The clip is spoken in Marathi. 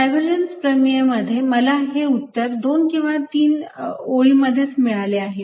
डायव्हर्जन्स प्रमेय मध्ये मला हे उत्तर दोन किंवा तीन ओळींमध्येच मिळाले आहे